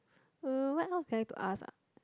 uh what else do i have to ask ah